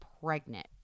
pregnant